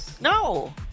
No